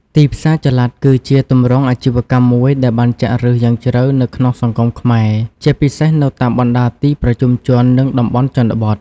ទីផ្សារចល័ត គឺជាទម្រង់អាជីវកម្មមួយដែលបានចាក់ឫសយ៉ាងជ្រៅនៅក្នុងសង្គមខ្មែរ ជាពិសេសនៅតាមបណ្តាទីប្រជុំជន និងតំបន់ជនបទ។